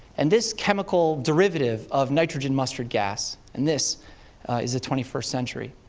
and this chemical derivative of nitrogen mustard gas. and this is the twenty first century.